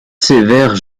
sévères